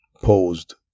posed